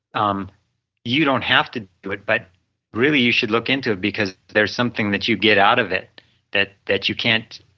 um you don't have to do it, but really you should look into it because there is something that you get out of it that that you can't,